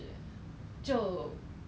yeah what about you